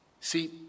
See